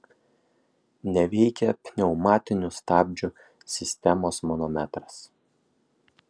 neveikia pneumatinių stabdžių sistemos manometras